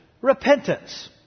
repentance